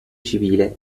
civile